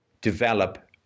develop